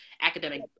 academic